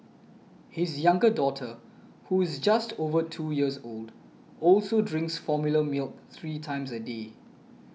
his younger daughter who is just over two years old also drinks formula milk three times a day